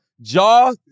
jaw